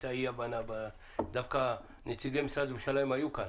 היתה אי הבנה, דווקא נציגי המשרד לירושלים היו כאן